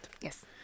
Yes